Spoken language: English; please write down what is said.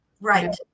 Right